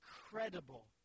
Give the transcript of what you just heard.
incredible